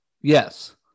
Yes